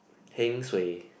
heng suay